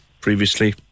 previously